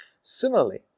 similarly